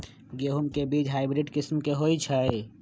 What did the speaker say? गेंहू के बीज हाइब्रिड किस्म के होई छई?